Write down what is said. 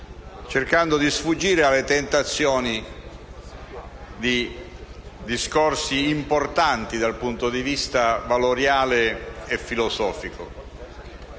cercando di sfuggire alle tentazioni di discorsi importanti dal punto di vista valoriale e filosofico.